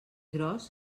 gros